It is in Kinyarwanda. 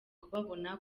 kubabona